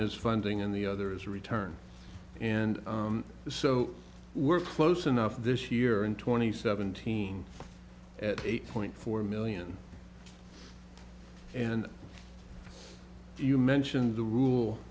is funding and the other is a return and so we're close enough this year and twenty seventeen at eight point four million and you mentioned the rule